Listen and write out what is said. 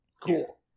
Cool